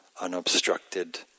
unobstructed